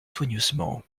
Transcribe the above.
soigneusement